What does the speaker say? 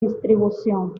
distribución